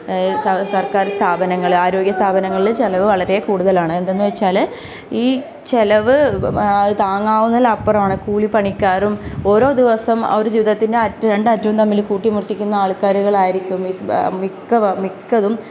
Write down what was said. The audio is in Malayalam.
സർക്കാർ സ്ഥാപനങ്ങൾ ആരോഗ്യ സ്ഥാപനങ്ങളിൽ ചെലവ് വളരെ കൂടുതലാണ് എന്താെന്ന് വെച്ചാൽ ഈ ചെലവ് താങ്ങാവുന്നതിൽ അപ്പുറാണ് കൂലിപ്പണിക്കാരും ഓരോ ദിവസം അവർ ജീവിതത്തിൻ്റെ രണ്ടറ്റവും തമ്മിൽ കൂട്ടി മുട്ടിക്കുന്ന ആൾക്കാരുകളായിരിക്കും മിക്ക മിക്കതും